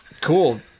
Cool